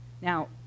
Now